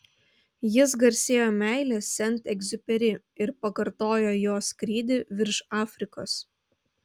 jis garsėjo meile sent egziuperi ir pakartojo jo skrydį virš afrikos